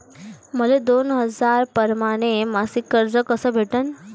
मले दोन हजार परमाने मासिक कर्ज कस भेटन?